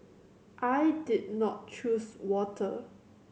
I did not choose water